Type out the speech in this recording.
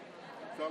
אחרי,